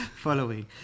following